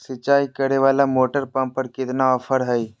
सिंचाई करे वाला मोटर पंप पर कितना ऑफर हाय?